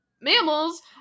mammals